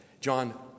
John